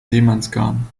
seemannsgarn